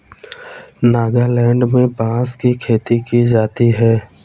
नागालैंड में बांस की खेती की जाती है